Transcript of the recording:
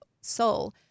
soul